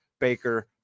Baker